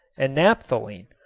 and naphthalene,